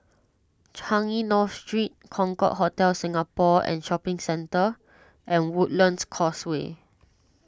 Changi North Street Concorde Hotel Singapore and Shopping Centre and Woodlands Causeway